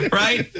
right